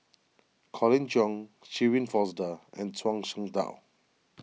Colin Cheong Shirin Fozdar and Zhuang Shengtao